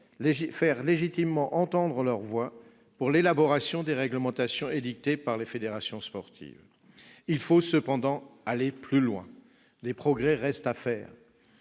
faire légitimement entendre leur voix pour l'élaboration des réglementations édictées par les fédérations sportives. Il faut cependant aller plus loin : des progrès restent à faire.